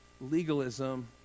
legalism